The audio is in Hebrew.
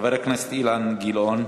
חבר הכנסת אילן גילאון.